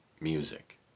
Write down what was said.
music